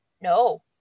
No